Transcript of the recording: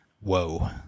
Whoa